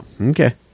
Okay